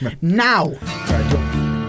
now